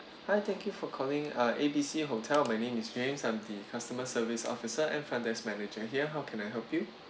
hi thank you for calling uh A B C hotel my name is james I'm the customer service officer and front desk manager here how can I help you